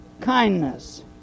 kindness